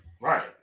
Right